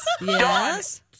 Yes